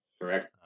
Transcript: Correct